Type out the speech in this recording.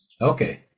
Okay